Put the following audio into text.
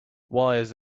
wires